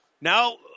Now